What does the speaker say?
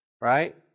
right